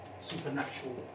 supernatural